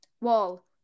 Wall